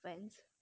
like this